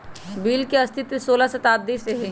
bill के अस्तित्व सोलह शताब्दी से हइ